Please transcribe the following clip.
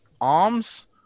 arms